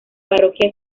parroquia